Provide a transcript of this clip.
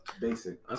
basic